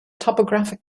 topographic